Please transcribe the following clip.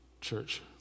church